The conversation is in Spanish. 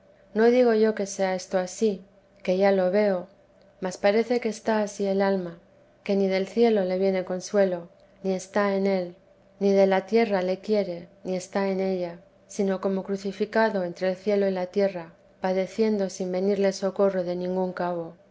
no digo yo que sea esto ansí que ya lo veo mas parece que está ansí el alma que ni del cielo le viene consuelo ni está en él ni de la tierra le quiere ni está en ella sino como crucificado entre el cielo y la tierra padeciendo sin venirle socorro de ningún cabo